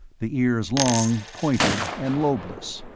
the ears long, pointed and lobeless.